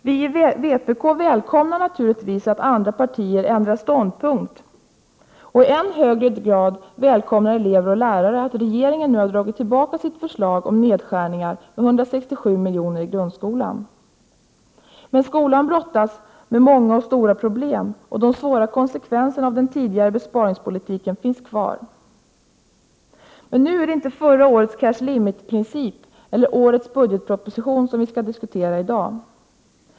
Vi i vpk välkomnar naturligtvis att andra partier ändrat ståndpunkt, och i än högre grad välkomnar elever och lärare att regeringen nu har dragit tillbaka sitt förslag om nedskärningar med 167 miljoner i grundskolan. Men skolan brottas med många och stora problem, och de svåra konsekvenserna av den tidigare besparingspolitiken finns kvar. Det är inte förra årets cash-limit-princip eller årets budgetproposition som vi skall diskutera i dag.